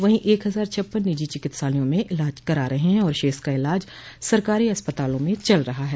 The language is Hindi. वहीं एक हजार छप्पन निजी चिकित्सालयों में इलाज करा रहे हैं और शेष का इलाज सरकारी अस्पतालों में चल रहा ह